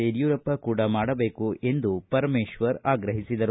ಯಡಿಯೂರಪ್ಪ ಕೂಡ ಮಾಡಬೇಕು ಎಂದು ಅವರು ಆಗ್ರಹಿಸಿದರು